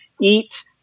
eat